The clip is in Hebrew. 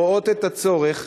רואות את הצורך,